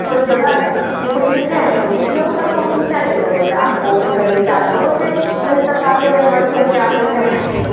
کوئی جگہ ہے یا کچھ لکھ رہے ہیں تو وہ چیز لوگوں تک پہنچنی چاہیے لوگوں سے آپ کو اس ذریعے سے آپ لوگوں سے مل تب پاتے ہیں ورچولی آپ کا ایک کنکشن ہو پاتا ہے